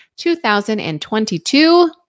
2022